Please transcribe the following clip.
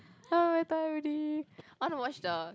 ah very tired already I want to watch the